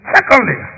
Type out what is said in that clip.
Secondly